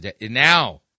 Now